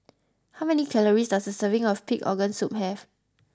how many calories does a serving of Pig'S organ soup have